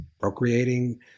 procreating